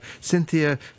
Cynthia